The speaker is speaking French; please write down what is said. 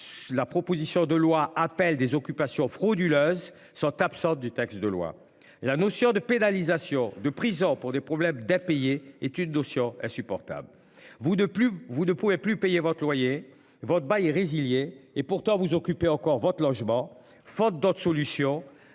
Proposition de loi appelle des occupations frauduleuses sont absents du texte de loi. La notion de pénalisation de prison pour des problèmes d'impayés est une notion insupportable Vous De plus, vous ne pouvait plus payer votre loyer, votre bail résilié et pourtant vous occupez encore votre logement faute d'autre solution